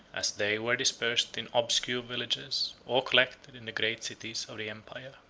as they were dispersed in obscure villages, or collected in the great cities of the empire.